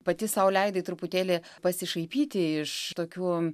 pati sau leidai truputėlį pasišaipyti iš tokių